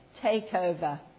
takeover